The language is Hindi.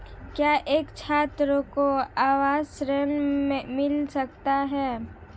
क्या एक छात्र को आवास ऋण मिल सकता है?